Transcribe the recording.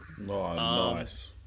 Nice